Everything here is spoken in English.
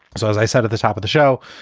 so as i said at the top of the show,